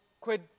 quid